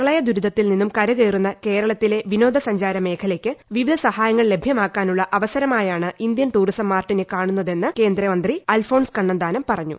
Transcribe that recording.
പ്രളയദുരിത്തിൽ നിന്നും കരകയറുന്ന കേരളത്തിലെ വിന്റോദ്സഞ്ചാരമേഖലയ്ക്ക് വിവിധ സഹായങ്ങൾ ഇന്ത്യൻ ടൂറിസം മാർട്ടിനെ കാണുന്നതെന്ന് കേന്ദ്രമന്ത്രി അൽഫോൺസ് കണ്ണന്താനം പറഞ്ഞു